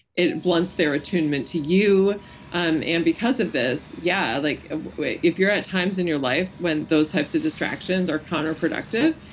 it blunts their attunement to you um and because of this yeah, like if you're at times in your life when those types of distractions are counterproductive,